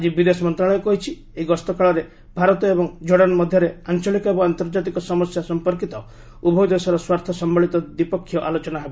ଆଜି ବିଦେଶ ମନ୍ତ୍ରଣାଳୟ କହିଛି ଏହି ଗସ୍ତକାଳରେ ଭାରତ ଏବଂ କ୍ଷୋର୍ଡାନ୍ ମଧ୍ୟରେ ଆଞ୍ଚଳିକ ଏବଂ ଆନ୍ତର୍ଜାତିକ ସମସ୍ୟା ସମ୍ପର୍କିତ ଉଭୟ ଦେଶର ସ୍ୱାର୍ଥ ସମ୍ପଳିତ ଦ୍ୱିପକ୍ଷୀୟ ଆଲୋଚନା ହେବ